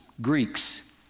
Greeks